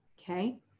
Okay